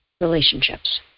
relationships